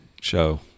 show